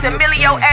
Emilio